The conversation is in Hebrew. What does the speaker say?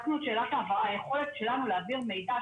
את היכולת שלנו להעביר מידע,